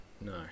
no